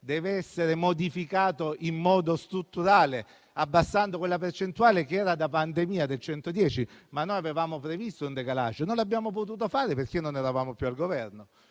dovesse essere modificato in modo strutturale, abbassando quella percentuale che era da pandemia del 110 per cento. Noi avevamo previsto un *décalage*, ma non l'abbiamo potuto fare perché non eravamo più al Governo.